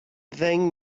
ddeng